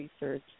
research